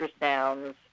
ultrasounds